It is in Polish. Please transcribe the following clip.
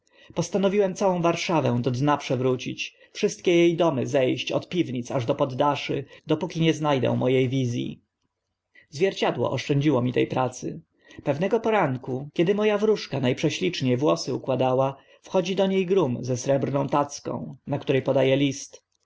postanowiłem całą warszawę do dna przewrócić wszystkie e domy ze ść od piwnic aż do poddaszy dopóki nie zna dę mo e wiz i zwierciadło oszczędziło mi te pracy pewnego poranku kiedy mo a wróżka na prześlicznie włosy układa wchodzi do nie groom ze srebrną tacką na które poda e list